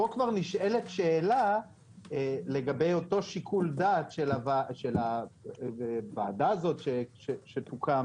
פה כבר נשאלת שאלה לגבי אותו שיקול דעת של הוועדה הזאת שתוקם,